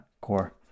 core